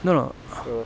no no uh